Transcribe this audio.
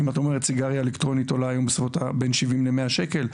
אם את אומרת סיגריה אלקטרונית עולה היום בין 70-100 שקל,